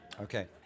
Okay